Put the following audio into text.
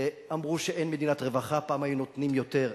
אמרו שאין מדינת רווחה, פעם היו נותנים יותר.